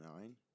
nine